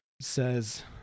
says